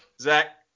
Zach